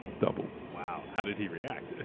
double. wow. how did he react?